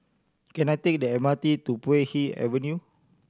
can I take the M R T to Puay Hee Avenue